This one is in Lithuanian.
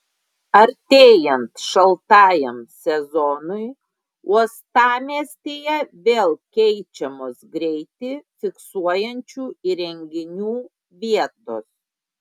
artėjant šaltajam sezonui uostamiestyje vėl keičiamos greitį fiksuojančių įrenginių vietos